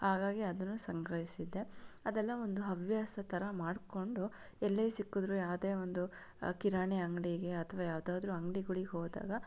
ಹಾಗಾಗಿ ಅದನ್ನು ಸಂಗ್ರಹಿಸಿದ್ದೆ ಅದೆಲ್ಲ ಒಂದು ಹವ್ಯಾಸ ಥರ ಮಾಡ್ಕೊಂಡು ಎಲ್ಲೇ ಸಿಕ್ಕಿದ್ರು ಯಾವುದೇ ಒಂದು ಕಿರಾಣಿ ಅಂಗಡಿಗೆ ಅಥವಾ ಯಾವುದಾದ್ರೂ ಅಂಗಡಿಗಳಿಗೆ ಹೋದಾಗ